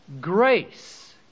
grace